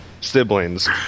siblings